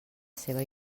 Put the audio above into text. seva